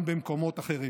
גם במקומות אחרים.